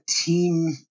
team